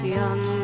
young